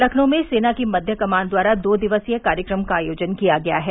लखनऊ में सेना की मध्य कमान द्वारा दो दिक्सीय कार्यक्रम का आयोजन किया गया है